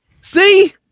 see